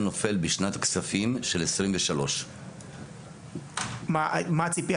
נופל בשנת הכספים של 2023. מה הציפייה,